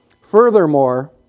Furthermore